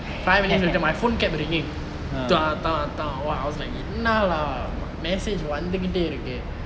five minutes later my phone kept ringing !wah! I was like ni na lah message வந்துகிட்டே இருக்கு:vanthukitte irukku